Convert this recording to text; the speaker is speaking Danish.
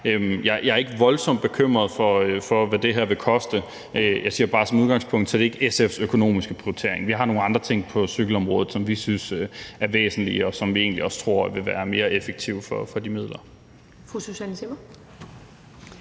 Jeg er ikke voldsomt bekymret for, hvad det her vil koste, men jeg siger bare, at det som udgangspunkt ikke er SF's økonomiske prioritering. Vi har nogle andre ting på cykelområdet, som vi synes er væsentlige, og som vi egentlig også tror vil være mere effektive for de midler.